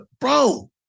bro